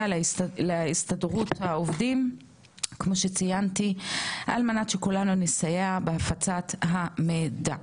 להסתדרות העובדים על מנת שיסייעו בהפצת המידע.